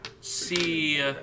see